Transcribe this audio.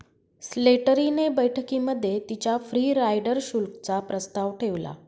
Slattery ने बैठकीमध्ये तिच्या फ्री राईडर शुल्क चा प्रस्ताव ठेवला